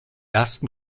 ersten